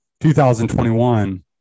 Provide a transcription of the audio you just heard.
2021